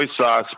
sauce